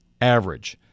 average